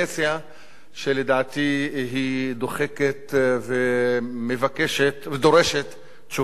שלדעתי היא דוחקת ודורשת תשובה מיידית.